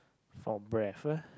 for breadth ah